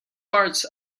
parts